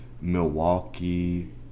Milwaukee